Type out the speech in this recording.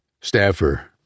Staffer